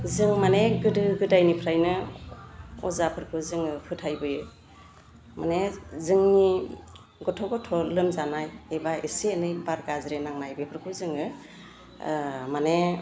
जों माने गोदो गोदायनिफ्रायनो अजाफोरखो जोङो फोथायबोयो माने जोंनि गथ' गथ' लोमजानाय एबा एसे एनै बार गाज्रि नांनाय बेफोरखौ जोङो माने